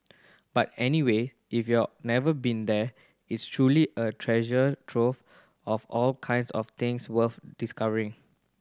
but anyway if you're never been there it's truly a treasure trove of all kinds of things worth discovering